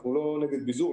אנחנו לא נגד ביזור,